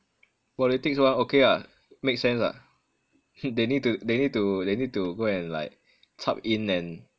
politics mah okay what makes sense what they need to they need to they need to go and like chup in and